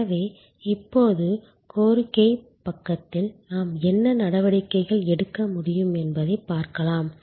எனவே இப்போது கோரிக்கை பக்கத்தில் நாம் என்ன நடவடிக்கைகள் எடுக்க முடியும் என்பதைப் பார்க்கலாம்